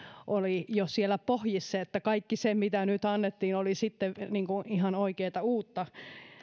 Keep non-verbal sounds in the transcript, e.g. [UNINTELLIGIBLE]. oli jo siellä pohjissa eli kaikki se mitä nyt annettiin oli sitten [UNINTELLIGIBLE] ihan oikeata uutta